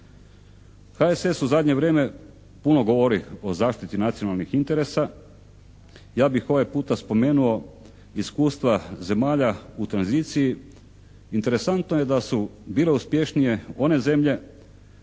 HSS u zadnje vrijeme puno govori o zaštiti nacionalnih interesa. Ja bih ovaj puta spomenuo iskustva zemalja u tranziciji. Interesantno je da su bile uspješnije one zemlje